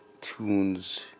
tunes